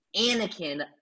Anakin